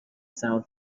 sound